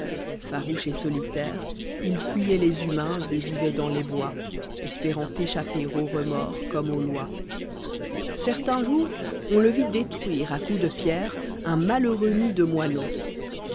farouche et solitaire ii fuyoit les humains et vivoit dans les bois espérant échapper aux remords comme aux lois certain jour on le vit détruire à coups de pierre un malheureux nid de moineaux